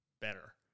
better